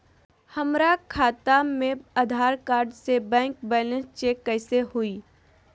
हमरा खाता में आधार कार्ड से बैंक बैलेंस चेक कैसे हुई?